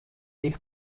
ter